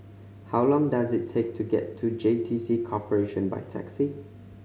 how long does it take to get to J T C Corporation by taxi